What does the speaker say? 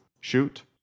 shoot